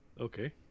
Okay